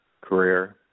career